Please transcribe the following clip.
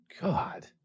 God